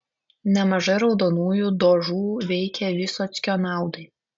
nemažai raudonųjų dožų veikė vysockio naudai